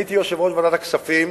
אני הייתי יושב-ראש ועדת הכספים